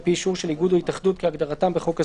על פי אישור של איגוד או התאחדות כהגדרתם בחוק הספורט,